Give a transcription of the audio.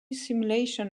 simulations